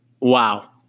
Wow